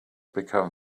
become